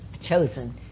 chosen